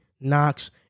Knox